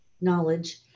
knowledge